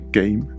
game